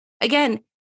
again